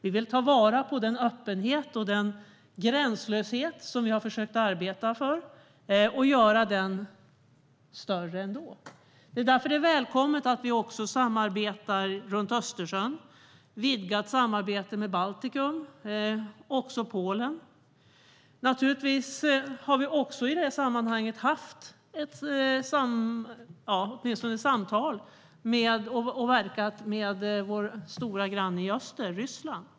Vi vill ta vara på den öppenhet och den gränslöshet som vi har försökt arbeta för och göra den större ändå. Det är därför välkommet att vi också samarbetar runt Östersjön, att vi har ett vidgat samarbete med Baltikum och även Polen. Vi har också haft åtminstone samtal med och verkat med vår stora granne i öster, Ryssland.